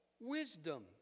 wisdom